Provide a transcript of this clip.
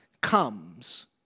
comes